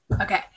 Okay